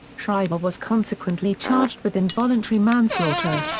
schreiber was consequently charged with involuntary manslaughter.